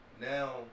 now